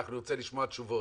אנחנו נרצה לשמוע תשובות.